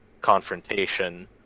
confrontation